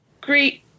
great